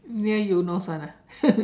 near Eunos [one] ah